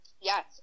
Yes